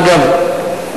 אגב,